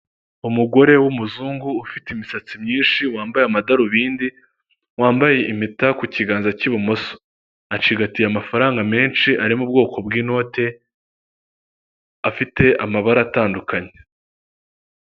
Inzu nshyashya igurishwa mu mujyi wa kigali mu gace ka kanombe ku mafaranga miliyoni mirongo icyenda n'imwe z'amanyarwanda, iyo nzu iri mu bwoko bwa cadasiteri isakajwe amabati ya shokora ndetse inzugi zayo zisa umukara ikaba iteye irangi ry'icyatsi, imbere y'iyo nzu hubatswe amapave.